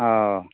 हँ